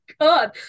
God